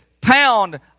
pound